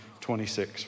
26